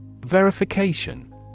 Verification